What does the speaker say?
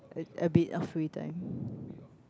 a a bit of free time